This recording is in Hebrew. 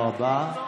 אני בונה סט חוקים.